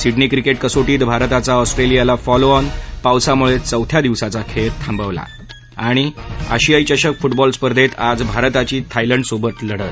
Sydney cricket कसोटीत भारताचा ऑस्ट्रिलियाला फॉलोऑन पावसामुळे चौथ्या दिवसाचा खेळ थांबवला आशियाई चषक फुटबॉल स्पर्धेत आज भारताची थायलंडसोबत लढत